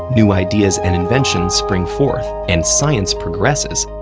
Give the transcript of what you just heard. new ideas and inventions spring forth, and science progresses,